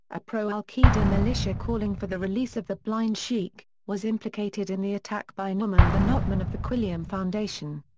a pro-al-qaeda militia calling for the release of the blind sheik, was implicated in the attack by noman benotman of the quilliam foundation.